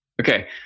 Okay